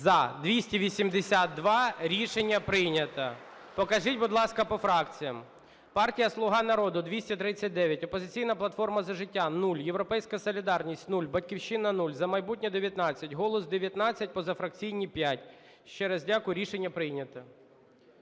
За-282 Рішення прийнято. Покажіть, будь ласка, по фракціям. Партія "Слуга народу" – 239, "Опозиційна платформа - За життя" – 0, "Європейська солідарність" – 0, "Батьківщина" – 0, "За майбутнє" – 19, "Голос" – 19, позафракційні – 5. Ще раз дякую, рішення прийнято.